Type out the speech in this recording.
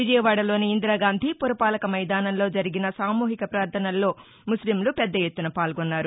విజయవాదలోని ఇందిరాగాంధీ పురపాలక మైదానంలో జరిగిన సామూహిక ప్రార్ధసల్లో ముస్లింలు పెద్దఎత్తున పాల్గొన్నారు